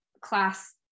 class